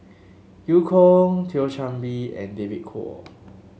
Eu Kong Thio Chan Bee and David Kwo